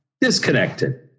disconnected